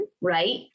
right